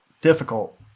difficult